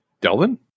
Delvin